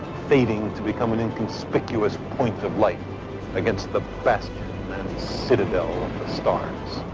fading to become an inconspicuous point of light against the best citadel of the stars